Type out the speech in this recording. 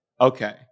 Okay